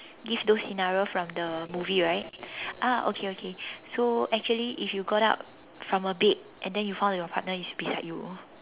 give those scenario from the movie right ah okay okay so actually if you got up from a bed and then you found out that your partner is beside you